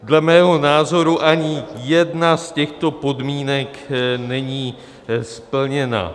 Dle mého názoru ani jedna z těchto podmínek není splněna.